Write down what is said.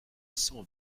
cent